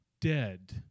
dead